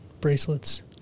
bracelets